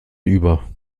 über